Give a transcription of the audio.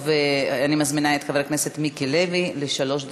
אני מזמינה את חבר הכנסת מיקי לוי לשלוש דקות,